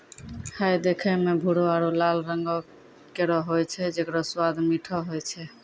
हय देखै म भूरो आरु लाल रंगों केरो होय छै जेकरो स्वाद मीठो होय छै